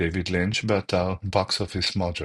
דייוויד לינץ', באתר Box Office Mojo